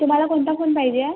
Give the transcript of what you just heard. तुम्हाला कोणता फोन पाहिजे आहे